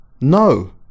No